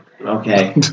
Okay